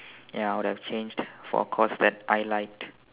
ya I would have changed for a course that I liked